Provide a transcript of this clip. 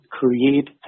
create